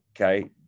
okay